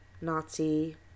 Nazi